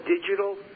digital